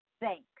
Thanks